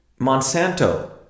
Monsanto